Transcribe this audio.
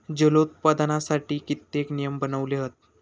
जलोत्पादनासाठी कित्येक नियम बनवले हत